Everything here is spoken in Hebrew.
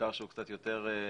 למשטר שהוא קצת יותר לפי